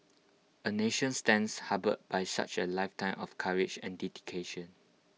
A nation stands humbled by such A lifetime of courage and dedication